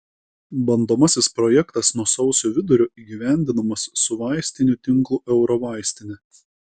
bandomasis projektas nuo sausio vidurio įgyvendinamas su vaistinių tinklu eurovaistinė